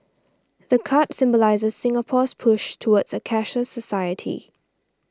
the card symbolises Singapore's push towards a cashless society